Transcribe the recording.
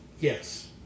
Yes